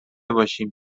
باشیم